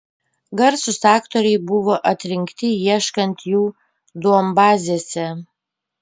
garsūs aktoriai buvo atrinkti ieškant jų duombazėse